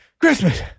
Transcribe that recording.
Christmas